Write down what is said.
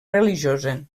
religiosa